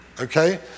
Okay